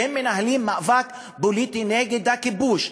שמנהלים מאבק פוליטי נגד הכיבוש,